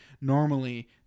normally